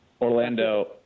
Orlando